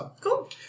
Cool